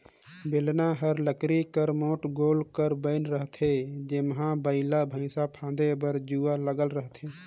बेलना हर लकरी कर मोट गोला कर बइन रहथे जेम्हा बइला भइसा फादे कर जुवा लगल रहथे